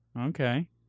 Okay